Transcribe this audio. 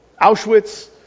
Auschwitz